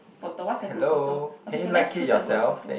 photo what's a good photo okay okay let's choose a good photo